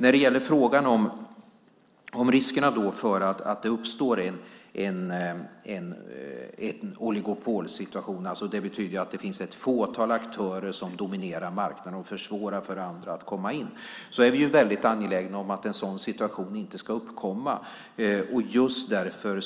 När det gäller frågan om riskerna för att det uppstår en oligopolsituation - vilket betyder att det finns ett fåtal aktörer som dominerar marknaden och försvårar för andra att komma in - är vi väldigt angelägna om att en sådan situation inte ska uppkomma. Just därför